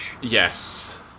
Yes